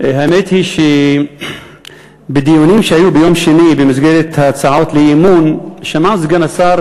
האמת היא שבדיונים שהיו ביום שני במסגרת הצעות האי-אמון נשמע סגן השר